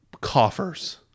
coffers